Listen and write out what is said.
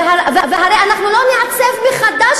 הרי אנחנו לא נעצב מחדש,